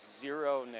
zero